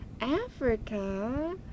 Africa